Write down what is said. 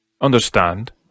understand